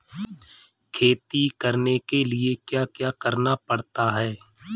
खेती करने के लिए क्या क्या करना पड़ता है?